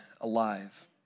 alive